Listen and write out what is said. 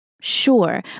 sure